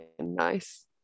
nice